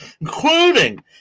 including